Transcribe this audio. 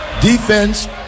Defense